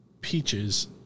peaches